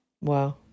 Wow